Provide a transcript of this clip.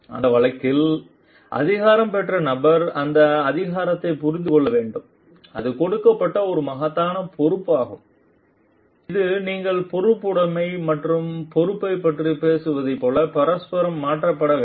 அந்த வழக்கில் அதிகாரம் பெற்ற நபர் இந்த அதிகாரத்தைப் புரிந்து கொள்ள வேண்டும் இது கொடுக்கப்பட்ட ஒரு மகத்தான பொறுப்பாகும் இது நீங்கள் பொறுப்புடைமை மற்றும் பொறுப்பைப் பற்றிப் பேசுவதைப் போல பரஸ்பரம் மாற்றப்பட வேண்டும்